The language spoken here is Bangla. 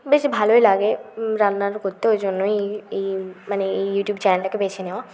বেশ ভালোই লাগে রান্না করতে ওই জন্যই এই এই মানে এই ইউটিউব চ্যানেলটাকে বেছে নেওয়া